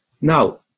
Now